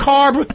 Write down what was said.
Carb